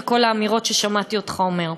וכל האמירות ששמעתי אותך אומר.